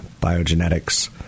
biogenetics